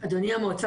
אדוני היושב-ראש.